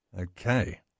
Okay